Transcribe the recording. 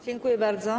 Dziękuję bardzo.